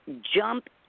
jump